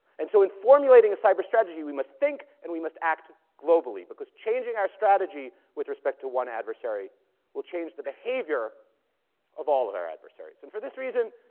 and so in formulating cyber strategy, we must think and we must act globally because changing our strategy with respect to one adversary will change the behavior of all of our adversaries, and for this reason,